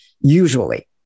usually